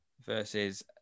versus